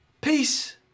...peace